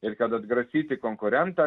ir kad atgrasyti konkurentą